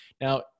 Now